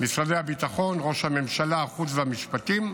משרדי הביטחון, ראש הממשלה, החוץ והמשפטים,